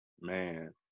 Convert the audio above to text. man